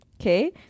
Okay